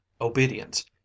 obedience